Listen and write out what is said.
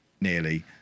nearly